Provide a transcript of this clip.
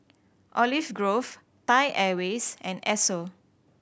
Olive Grove Thai Airways and Esso